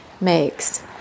makes